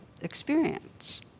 experience